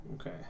Okay